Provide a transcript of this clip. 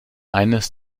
eines